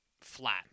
flat